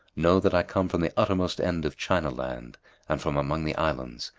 know that i come from the uttermost end of china-land and from among the islands,